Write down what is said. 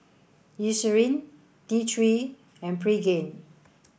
Eucerin T three and Pregain